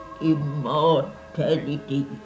immortality